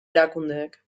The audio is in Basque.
erakundeek